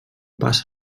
passa